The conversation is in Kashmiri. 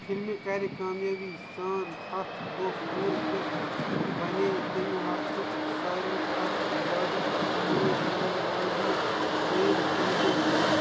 فِلمہِ کرِ کامیٲبی سان ہتھ دۄہ پوٗرٕ تہٕ بنے تمہِ وقتٕچ ساروی کھۄتہٕ زِیادٕ کمٲے كرن واجنہِ دوٚیِم تیلگوٗ فِلم